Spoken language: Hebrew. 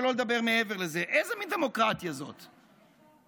אותו על סכין מסוימת אם היא כשרה לשחיטת חזיר.